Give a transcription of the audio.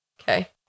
Okay